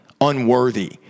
unworthy